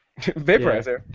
Vaporizer